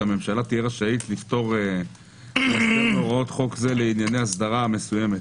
שהממשלה תהיה רשאי לפטור מהוראות חוק זה לענייני אסדרה מסוימת.